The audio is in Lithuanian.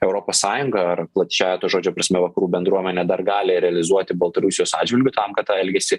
europos sąjunga ar plačiąja to žodžio prasme vakarų bendruomenė dar gali realizuoti baltarusijos atžvilgiu tam kad tą elgesį